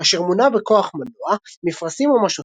אשר מונע בכוח מנוע, מפרשים או משוטים.